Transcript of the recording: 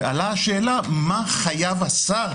ועלתה השאלה מה חייב השר,